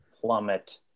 plummet